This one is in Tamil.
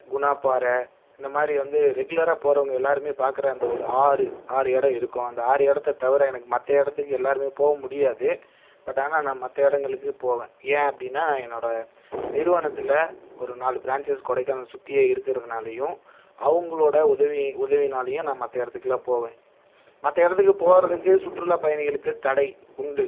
குணாப்பாறை இந்த மாதிரி வந்து ரெகுலராக போகிறவங்க எல்லோருமே பார்க்குற அந்த ஒரு ஆறு ஆறு இடம் இருக்கும் அந்த ஆறு இடத்த தவிர எனக்கு மற்ற இடத்துக்கு எல்லோருமே போக முடியாது பட் ஆனால் நான் மற்ற இடங்களுக்குப் போவேன் ஏன் அப்படின்னா என்னோடய நிறுவனத்தில் ஒரு நாலு பிரான்ச்சஸ் கொடைக்கானல் சுற்றியே இருக்கிறதுனாலயும் அவங்களோட உதவி உதவினாலேயும் நான் மற்ற எடத்துக்கெல்லாம் போவேன் மற்ற இடத்துக்கு போகிறதுக்கு சுற்றுலா பயணிகளுக்குத் தடை உண்டு